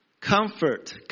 Comfort